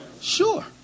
Sure